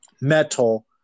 metal